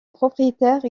propriétaire